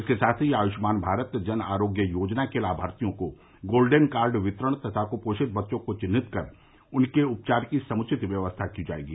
इसके साथ ही आयुष्मान भारत जन आरोग्य योजना के लामार्थियों को गोल्डन कार्ड वितरण तथा कुपोषित बच्चों को चिन्हित कर उनके उपचार की समुचित व्यवस्था की जायेगी